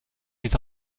les